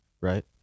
right